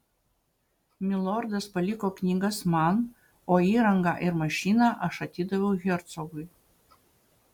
milordas paliko knygas man o įrangą ir mašiną aš atidaviau hercogui